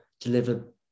deliver